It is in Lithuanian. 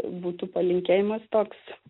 būtų palinkėjimas toks